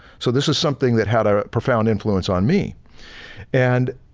so, this is something that had a profound influence on me and